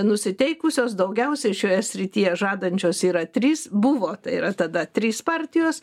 nusiteikusios daugiausiai šioje srityje žadančios yra trys buvo tai yra tada trys partijos